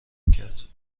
کرد